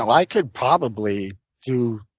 i could probably do